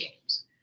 games